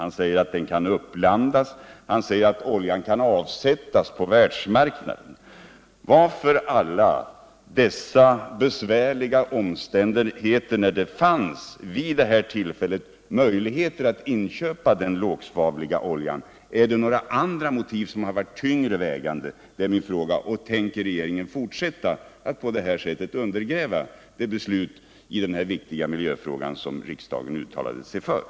Han säger att den kan uppblandas och att den kan avsättas på världsmarknaden. Varför alla dessa besvärliga omständigheter, då det ändå fanns möjligheter att vid det här tillfället inköpa den lågsvavliga oljan? Är det några andra motiv som har varit tyngre vägande? Och tänker regeringen fortsätta att på det här sättet undergräva vad riksdagen i denna viktiga miljöfråga uttalat sig för?